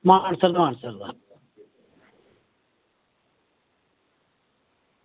आं मानसर दा